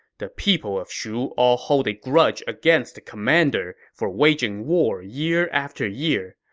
the people of shu all hold a grudge against the commander for waging war year after year.